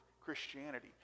Christianity